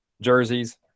jerseys